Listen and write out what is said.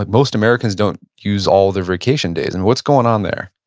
most americans don't use all their vacation days. and what's going on there?